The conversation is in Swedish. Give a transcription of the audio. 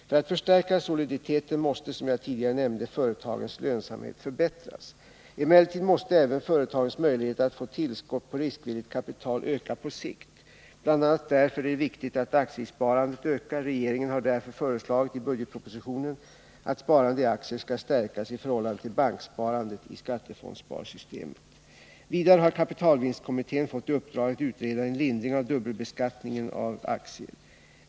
För att soliditeten skall kunna förstärkas måste, som jag tidigare nämnde, företagens lönsamhet förbättras. Emellertid måste även företagens möjligheter att få tillskott på riskvilligt kapital öka på sikt. Bl. a. därför är det viktigt att aktiesparandet ökar. Regeringen har därför föreslagit i budgetpropositionen att sparande i aktier i skattefondssparsystemet skall stärkas i förhållande till banksparandet. Vidare har kapitalvinstkommittén fått i uppdrag att utreda en lindring av dubbelbeskattningen av aktier.